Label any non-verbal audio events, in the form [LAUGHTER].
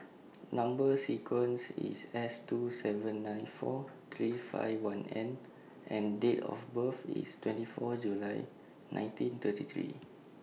[NOISE] Number sequence IS S two seven nine four three five one N and Date of birth IS twenty four July nineteen thirty three